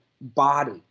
body